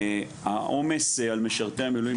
העומס על משרתי המילואים,